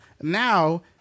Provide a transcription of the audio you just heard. Now